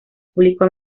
público